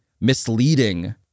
misleading